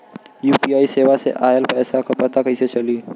UPI सेवा से ऑयल पैसा क पता कइसे चली?